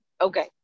Okay